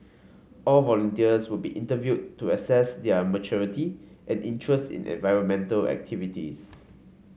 all volunteers would be interviewed to assess their maturity and interest in environmental activities